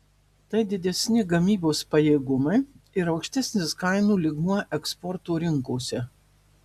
tai didesni gamybos pajėgumai ir aukštesnis kainų lygmuo eksporto rinkose